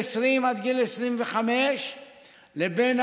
20 עד גיל 25 לבין